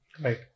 Right